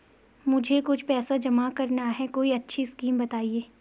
मुझे कुछ पैसा जमा करना है कोई अच्छी स्कीम बताइये?